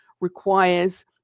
requires